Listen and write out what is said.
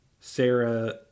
Sarah